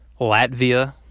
Latvia